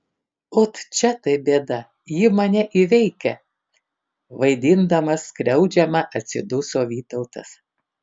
ot čia tai bėda ji mane įveikia vaidindamas skriaudžiamą atsiduso vytautas